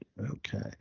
Okay